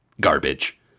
garbage